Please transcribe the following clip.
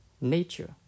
nature